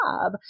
job